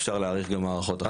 אפשר להעריך הערכות אחרות.